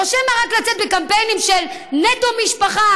או שמא רק לצאת בקמפיינים של נטו משפחה?